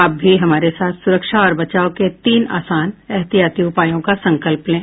आप भी हमारे साथ सुरक्षा और बचाव के तीन आसान एहतियाती उपायों का संकल्प लें